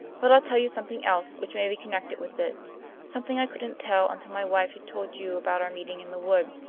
but i'll tell you something else, which may be connected with it something i couldn't tell until my wife had told you about our meeting in the wood.